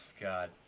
god